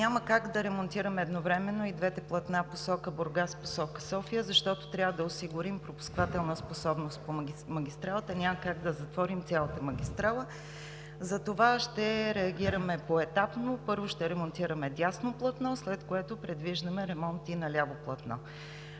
Няма как да ремонтираме едновременно и двете платна – посока Бургас и посока София, защото трябва да осигурим пропускателна способност по магистралата. Няма как да затворим цялата магистрала, затова ще реагираме поетапно. Първо ще ремонтираме дясно платно, след което предвиждаме ремонт и на ляво платно.